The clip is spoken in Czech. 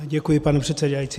Děkuji, pane předsedající.